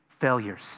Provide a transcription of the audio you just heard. failures